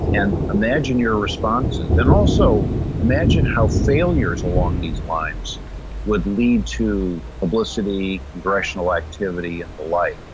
and imagine your responses. and also imagine how failures along these lines would lead to publicity, congressional activity and the like.